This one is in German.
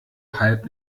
halb